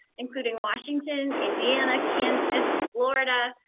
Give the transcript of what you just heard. including washington, indiana, kansas, florida,